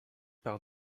par